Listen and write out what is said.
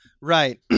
Right